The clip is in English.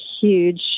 huge